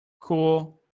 cool